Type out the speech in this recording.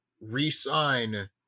re-sign